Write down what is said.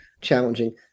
challenging